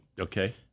Okay